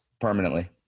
permanently